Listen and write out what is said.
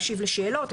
להשיב לשאלות,